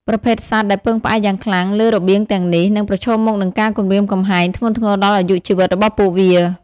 ប្រភេទសត្វដែលពឹងផ្អែកយ៉ាងខ្លាំងលើរបៀងទាំងនេះ នឹងប្រឈមមុខនឹងការគំរាមកំហែងធ្ងន់ធ្ងរដល់អាយុជីវិតរបស់ពួកវា។